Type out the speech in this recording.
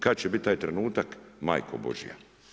Kad će biti taj trenutak Majko božja?